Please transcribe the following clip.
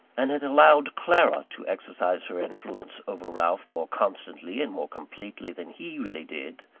and had allowed clara to exercise her influence over ralph more constantly and more completely than he really did,